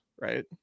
right